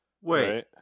Wait